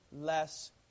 less